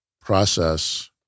process